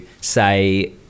say